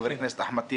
חבר הכנסת אחמד טיבי,